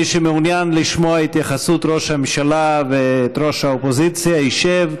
מי שמעוניין לשמוע את התייחסות ראש הממשלה ואת ראש האופוזיציה ישב,